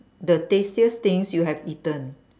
the tastiest things you have eaten